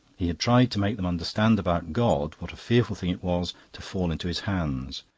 he had tried to make them understand about god, what a fearful thing it was to fall into his hands.